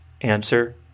Answer